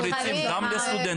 זה מחייב תמריצים גם לסטודנטים,